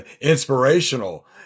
inspirational